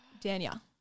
Danielle